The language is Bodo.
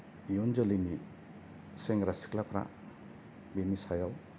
इयुन जोलैनि सेंग्रा सिख्लाफोरा बिनि सायाव